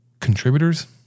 contributors